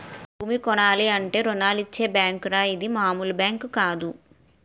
భూమి కొనాలంటే రుణాలిచ్చే బేంకురా ఇది మాములు బేంకు కాదు